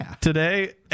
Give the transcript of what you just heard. today